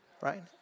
right